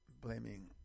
blaming